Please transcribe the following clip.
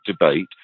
debate